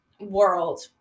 world